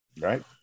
right